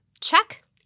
Check